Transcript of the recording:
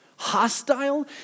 hostile